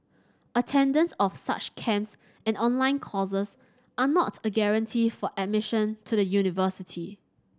attendance of such camps and online courses are not a guarantee for admission to the university